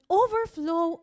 overflow